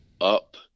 up